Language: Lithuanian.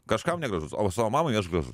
kažkam negražus o savo mamai aš gražus